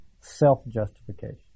self-justification